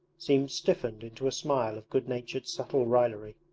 seemed stiffened into a smile of good-natured subtle raillery.